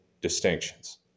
distinctions